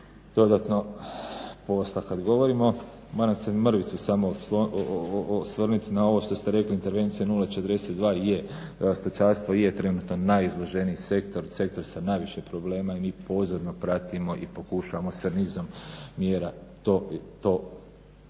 dodatno posla. Kad govorimo moram se mrvicu samo osvrnuti na ovo što ste rekli, intervencija 042. Stočarstvo je trenutno najizloženiji sektor, sektor sa najviše problema i mi pozorno pratimo i pokušavamo sa nizom mjera to zaustaviti,